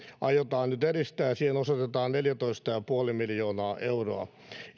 aiotaan nyt edistää ja siihen osoitetaan neljätoista pilkku viisi miljoonaa euroa